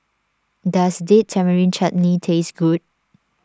does Date Tamarind Chutney taste good